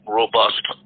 robust